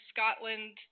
Scotland